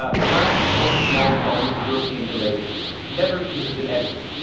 ah the last important long poem of the european middle ages never to have been edited.